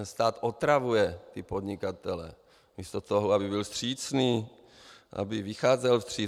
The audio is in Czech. Stát otravuje podnikatele místo toho, aby byl vstřícný, aby vycházel vstříc.